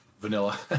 vanilla